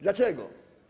Dlaczego?